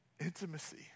Intimacy